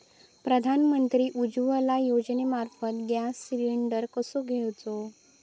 प्रधानमंत्री उज्वला योजनेमार्फत गॅस सिलिंडर कसो घेऊचो?